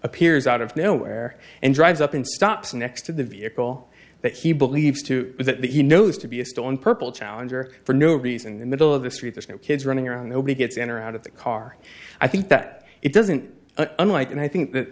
appears out of nowhere and drives up and stops next to the vehicle that he believes to that he knows to be a stolen purple challenger for no reason in the middle of the street there's no kids running around nobody gets in or out of the car i think that it doesn't unlike and i think that